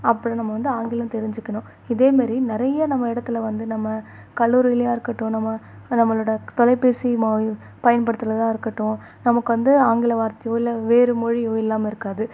அப்புறம் நம்ம வந்து ஆங்கிலம் தெரிஞ்சிக்கணும் இதேமாரி நிறைய நம்ம இடத்துல வந்து நம்ம கல்லூரியிலையா இருக்கட்டும் நம்ம நம்மளோடய தொலைபேசி மாயு பயன்படுத்துறதாக இருக்கட்டும் நமக்கு வந்து ஆங்கில வார்த்தையோ இல்லை வேறு மொழியோ இல்லாமல் இருக்காது